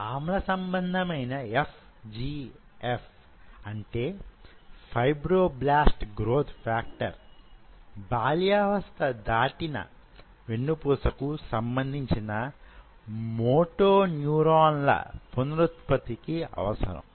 ఆమ్ల సంబంధమైన FGF బాల్యావస్థ దాటిక వెన్నుపూసకు సంబంధించిన మోటో న్యూరాన్ ల పునరుత్పత్తి కి అవసరం